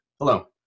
Hello